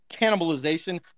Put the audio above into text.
cannibalization